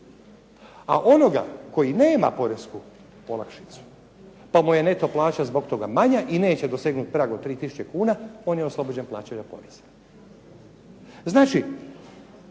A onoga koji nema poresku olakšicu pa mu je neto plaća zbog toga manja i neće dosegnuti prag od 3 tisuće kuna on je oslobođen plaćanja poreza. Znači,